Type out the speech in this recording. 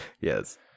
Yes